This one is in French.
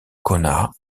kaunas